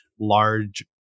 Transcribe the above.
large